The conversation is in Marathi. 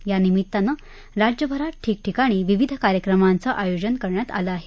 या निमित्तानं राज्यभरात ठिकठिकाणी विविध कार्यक्रमांचं आयोजन करण्यात आलं आहे